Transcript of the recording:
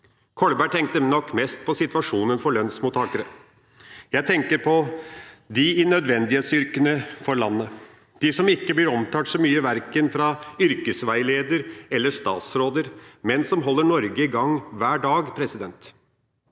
Kolberg tenkte nok mest på situasjonen for lønnsmottakere. Jeg tenker på dem som jobber i nødvendighetsyrkene for landet, som ikke blir omtalt så mye, verken av yrkesveiledere eller statsråder, men som holder Norge i gang hver dag. I tillegg